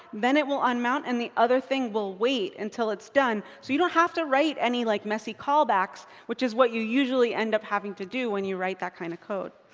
then it will unmount and the other thing will wait until it's done, so you don't have to write any like messy callbacks, which is what you usually end up having to do when you write that kind of code.